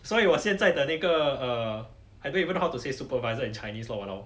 所以我现在的那个 err I don't even know how to say supervisor in chinese lor !walao!